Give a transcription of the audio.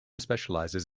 specializes